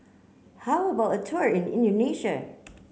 how about a tour in